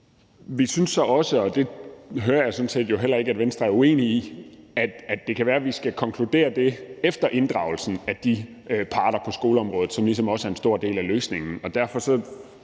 Vi synes så også, og det hører jeg jo sådan set heller ikke at Venstre er uenig i, at det kan være, at vi skal konkludere det efter inddragelsen af de parter på skoleområdet, som ligesom også er en stor del af løsningen. Og derfor synes